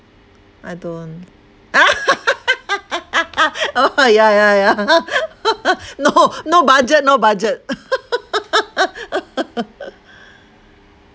I don't oh ya ya ya no no budget no budget